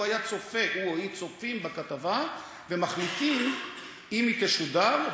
הוא או היא היו צופים בכתבה ומחליטים אם היא תשודר,